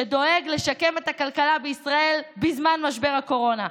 שדואג לשקם את הכלכלה בישראל בזמן משבר הקורונה.